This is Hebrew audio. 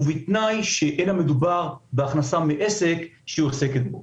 ובתנאי שאין המדובר בהכנסה מעסק שהיא עוסקת בו.